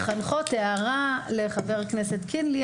אם היינו מקבלים החלטה להחיל יום לימודים ארוך,